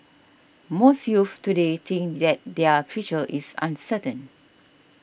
most youths today think that their future is uncertain